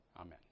Amen